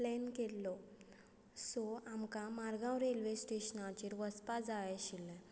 plan केल्लो सो आमकां मारगांव रेल्वे स्टेशनाचेर वचपा जाय आशिल्लें